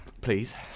Please